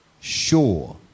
Sure